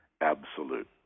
absolute